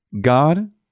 God